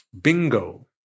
bingo